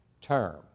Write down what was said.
term